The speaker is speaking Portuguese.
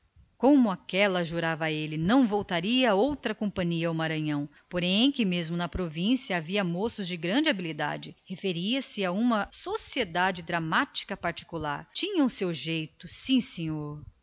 como aquela jurava não voltaria outra companhia ao maranhão mas que mesmo na província havia moços de grande habilidade referia-se a uma sociedade particular de curiosos tinham seu jeito sim senhor